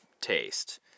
taste